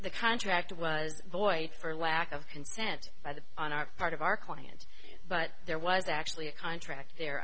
the contract was void for lack of consent by the on our part of our client but there was actually a contract